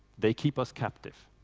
they keep us captive.